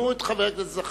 תשמעו את חבר הכנסת זחאלקה.